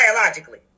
biologically